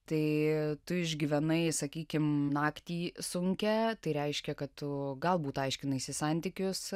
tai tu išgyvenai sakykim naktį sunkią tai reiškia kad tu galbūt aiškinaisi santykius